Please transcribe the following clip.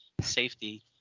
safety